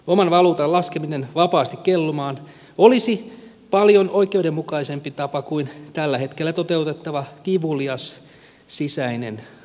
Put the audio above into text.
oman valuutan laskeminen vapaasti kellumaan olisi paljon oikeudenmukaisempi tapa kuin tällä hetkellä toteutettava kivulias sisäinen devalvaatio